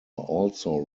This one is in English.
also